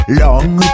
long